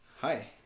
Hi